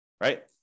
right